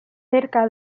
cerca